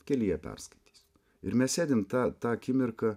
kelyje perskaitysiu ir mes sėdim tą tą akimirką